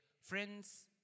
Friends